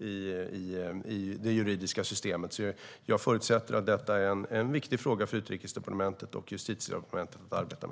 i det juridiska systemet. Jag förutsätter att detta är en viktig fråga för Utrikesdepartementet och Justitiedepartementet att arbeta med.